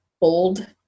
bold